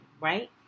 right